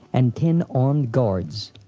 and ten armed guards.